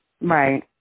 Right